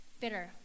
bitter